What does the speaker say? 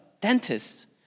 dentists